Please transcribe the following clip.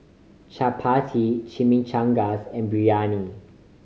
Chapati Chimichangas and Biryani